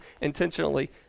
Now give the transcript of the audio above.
intentionally